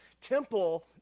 temple